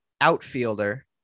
outfielder